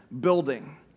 Building